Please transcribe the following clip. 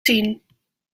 zien